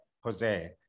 Jose